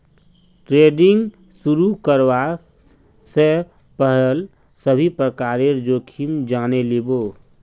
trading शुरू करवा स पहल सभी प्रकारेर जोखिम जाने लिबो